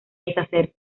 deshacerse